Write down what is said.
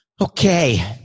Okay